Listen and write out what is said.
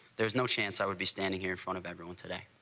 there's no chance i would be standing here front of everyone today